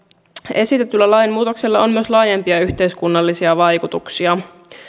esitetyllä lainmuutoksella on myös laajempia yhteiskunnallisia vaikutuksia